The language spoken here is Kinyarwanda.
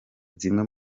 zimwe